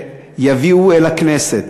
יביאו אל הכנסת.